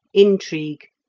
intrigue,